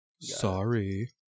Sorry